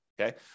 okay